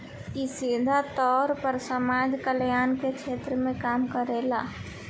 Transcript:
इ सीधा तौर पर समाज कल्याण के क्षेत्र में काम करेला